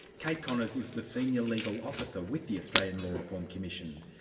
kate connors is the senior legal officer with the australian law reform commission.